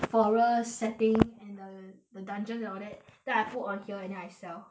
forest setting and the the dungeon and all that then I put on here and then I sell